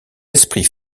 esprits